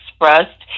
expressed